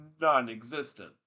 non-existent